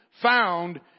found